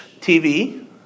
tv